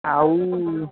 ଆଉ